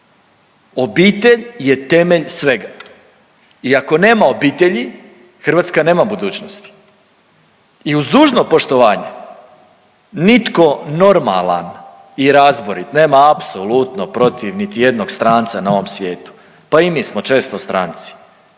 Obitelj je temelj svega i ako nema obitelji Hrvatska nema budućnosti i uz dužno poštovanje nitko normalan i razborit nema apsolutno protiv niti jednog stranca na ovom svijetu, pa i mi smo često stranci,